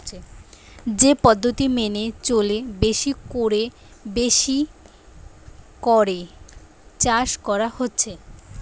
যে পদ্ধতি মেনে চলে বেশি কোরে বেশি করে চাষ করা হচ্ছে